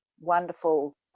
wonderful